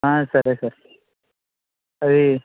ఆ సరే సార్ అదీ